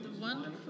wonderful